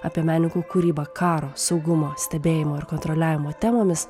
apie menininkų kūrybą karo saugumo stebėjimo ir kontroliavimo temomis